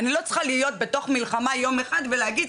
אני לא צריכה להיות בתוך מלחמה יום אחד ולהגיד,